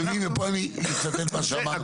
ופה אני מצטט את מה שאמר נתן.